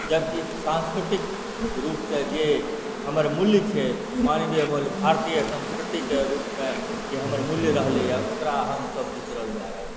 जबकि सांस्कृतिक रूपसँ जे हमर मूल्य छै मानवीय मूल्य भारतीय संस्कृतिके रूपमे जे हमर मुल्य रहलैए ओकरा हमसभ बिसरल जा रहल छी